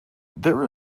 there